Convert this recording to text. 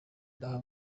naho